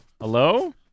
Hello